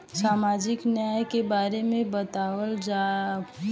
सामाजिक न्याय के बारे में बतावल जाव?